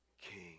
king